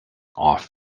off